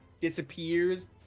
disappears